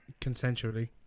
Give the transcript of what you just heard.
consensually